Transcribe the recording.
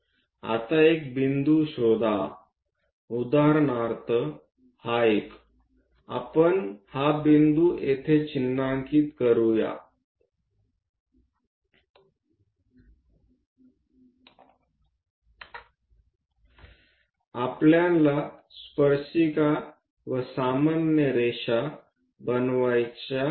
आता एक बिंदू शोधा उदाहरणार्थ आपण हा बिंदू येथे चिन्हांकित करू या आपल्याला स्पर्शिका व सामान्य रेषा बनवायची आहे